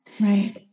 Right